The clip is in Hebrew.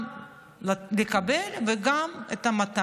גם לקבל וגם לתת.